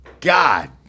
God